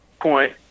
point